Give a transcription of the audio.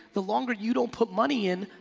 the longer you don't put money in,